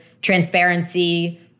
transparency